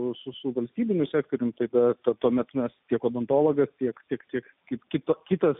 rusų valstybiniu sektoriumi tai ką tuomet jos tiek odontologas tiek tik kaip kito kitas